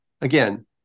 again